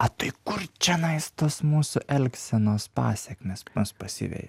o tai kur čionais tos mūsų elgsenos pasekmės mus pasiveja